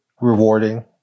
rewarding